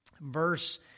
verse